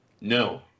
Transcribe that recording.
No